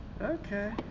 Okay